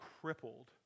crippled